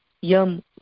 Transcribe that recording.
yam